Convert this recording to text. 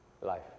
life